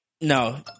No